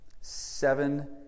Seven